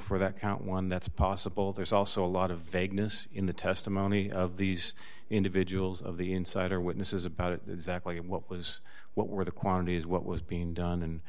for that count one that's possible there's also a lot of vagueness in the testimony of these individuals of the insider witnesses about exactly what was what were the quantities what was being done and